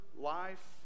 life